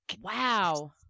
wow